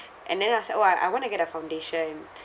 and then I said orh I I want to get a foundation